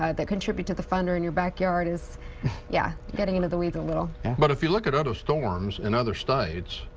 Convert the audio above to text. ah that contribute to the fund are in your backyard is yeah getting in the weeds a little ward but, if you look at other storms in other states,